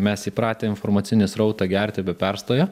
mes įpratę informacinį srautą gerti be perstojo